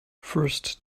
first